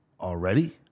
already